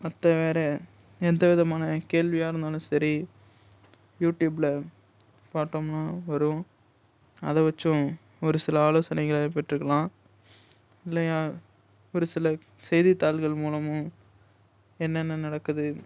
மற்ற வேறு எந்த விதமான கேள்வியாக இருந்தாலும் சரி யூடியூப்பில பார்த்தோம்னா வரும் அதை வச்சும் ஒரு சில ஆலோசனைகளை பெற்றுக்கலாம் இல்லையா ஒரு சில செய்தித்தாள்கள் மூலமும் என்னென்ன நடக்குது